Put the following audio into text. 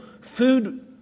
food